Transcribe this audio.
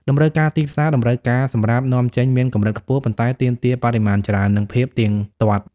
តម្រូវការទីផ្សារ តម្រូវការសម្រាប់នាំចេញមានកម្រិតខ្ពស់ ប៉ុន្តែទាមទារបរិមាណច្រើន និងភាពទៀងទាត់។